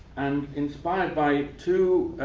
and inspired by two